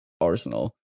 Arsenal